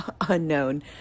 unknown